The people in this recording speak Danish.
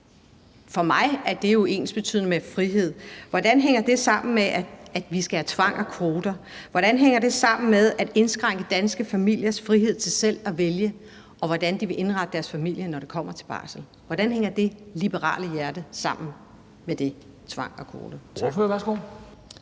For mig er det jo ensbetydende med frihed. Hvordan hænger det sammen med, at vi skal have tvang og kvoter? Hvordan hænger det sammen med at indskrænke danske familiers frihed til selv at vælge, hvordan de vil indrette deres familie, når det kommer til barsel? Hvordan hænger dét liberale hjerte sammen med den tvang og de kvoter?